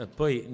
poi